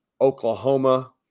Oklahoma